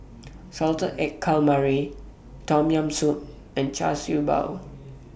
Salted Egg Calamari Tom Yam Soup and Char Siew Bao